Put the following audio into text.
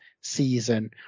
season